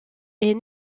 est